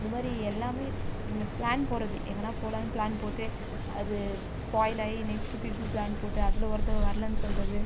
இந்தமாதிரி எல்லாம் இந்த பிளான் போடுறது எங்கனா போகலான்னு பிளான் போட்டு அது ஸ்பாயிலாகி நெக்ஸ்ட்டு திருப்பி பிளான் போட்டு அதில் ஒருத்தவள் வரலைன்னு சொல்கிறது